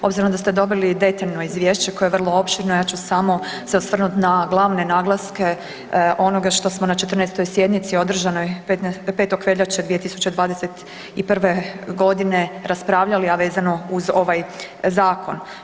Obzirom da ste dobili detaljno izvješće koje je vrlo opširno, ja ću samo se osvrnut na glavne naglaske onoga što smo na 14. sjednici održanoj 5. veljače 2021. g. raspravljali a vezano uz ovaj zakon.